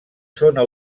zona